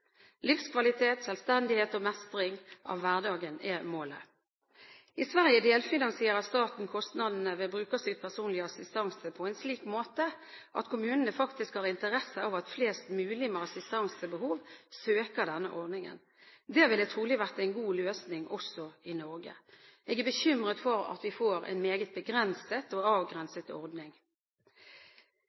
Livskvalitet, selvstendighet og mestring av hverdagen er målet. I Sverige delfinansierer staten kostnadene ved brukerstyrt personlig assistanse på en slik måte at kommunene faktisk har interesse av at flest mulig med assistansebehov søker denne ordningen. Det ville trolig vært en god løsning også i Norge. Jeg er bekymret for at vi får en meget begrenset og avgrenset ordning.